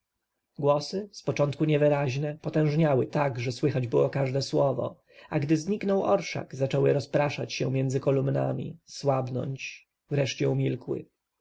głosy z początku niewyraźne potężniały tak że słychać było każde słowo a gdy zniknął orszak zaczęły rozpraszać się między kolumnami słabnąć wreszcie umilkły